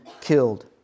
killed